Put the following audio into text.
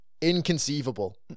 Inconceivable